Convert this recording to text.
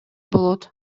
болот